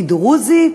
מי דרוזי,